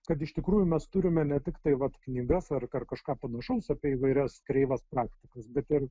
kad iš tikrųjų mes turime ne tiktai vat knygas ar ar kažką panašaus apie įvairias kreivas praktikas bet ir